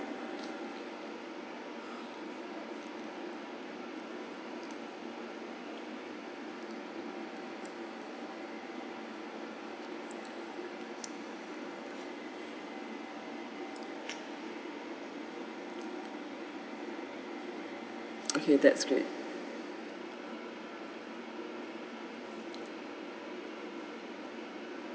okay that is great